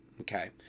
okay